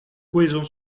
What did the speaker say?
cohésion